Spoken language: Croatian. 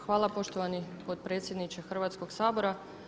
Hvala poštovani potpredsjedniče Hrvatskog sabora.